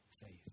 faith